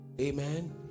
Amen